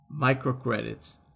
microcredits